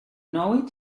know